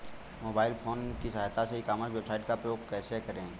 Mobile phone की सहायता से ई कॉमर्स वेबसाइट का उपयोग कैसे करें?